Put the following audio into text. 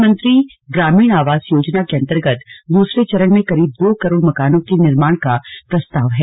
प्रधानमंत्री ग्रामीण आवास योजना के अंतर्गत दूसरे चरण में करीब दो करोड़ मकानों के निर्माण का प्रस्ताव है